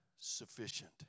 sufficient